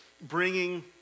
bringing